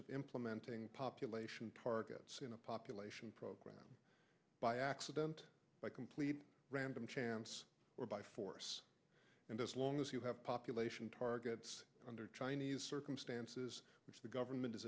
of implementing population target population program by accident by completely random chance or by force and as long as you have population targets under trying circumstances which the government is